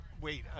wait